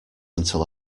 until